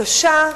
הקשה,